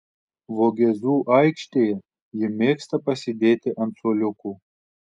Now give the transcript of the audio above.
vogėzų aikštėje ji mėgsta pasėdėti ant suoliukų